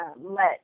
let